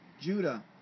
Judah